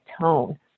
tone